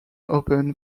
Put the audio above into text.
open